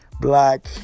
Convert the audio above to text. Black